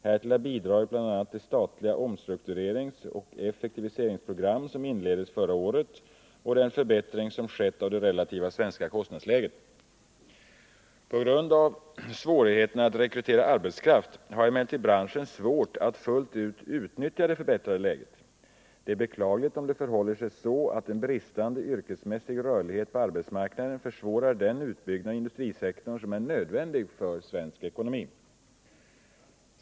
Härtill har bidragit bl.a. det statliga omstruktureringsoch effektiviseringsprogram som inleddes förra året och den förbättring som skett av det relativa svenska kostnadsläget. På grund av svårigheten att rekrytera arbetskraft har emellertid branschen svårt att fullt ut utnyttja det förbättrade läget. Det är beklagligt om det förhåller sig så att en bristande yrkesmässig rörlighet på arbetsmarknaden försvårar den utbyggnad av industrisektorn som är nödvändig för svensk ekonomi.